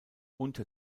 unter